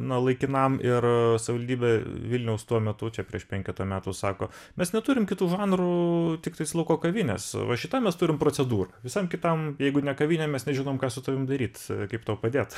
na laikinam ir savivaldybė vilniaus tuo metu čia prieš penketą metų sako mes neturim kitų žanrų tiktais lauko kavinės va šitam mes turim procedūrą visam kitam jeigu ne kavinėm mes nežinom ką su tavim daryt kaip tau padėt